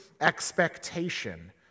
expectation